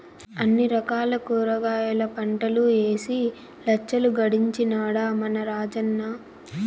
అన్ని రకాల కూరగాయల పంటలూ ఏసి లచ్చలు గడించినాడ మన రాజన్న